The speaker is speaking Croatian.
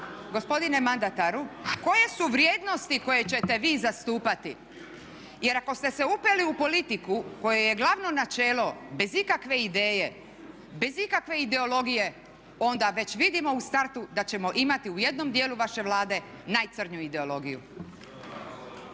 gospodine mandataru koje su vrijednosti koje ćete vi zastupati? Jer ako ste se upeli u politiku kojoj je glavno načelo bez ikakve ideje, bez ikakve ideologije, onda već vidimo u startu da ćemo imati u jednom dijelu vaše Vlade najcrnju ideologiju.